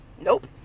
Nope